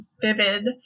vivid